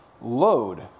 load